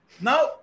Now